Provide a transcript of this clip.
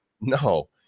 No